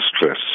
stress